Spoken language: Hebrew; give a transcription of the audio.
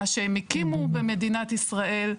מה שהם הקימו במדינת ישראל.